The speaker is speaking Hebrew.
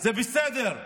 זה בסדר.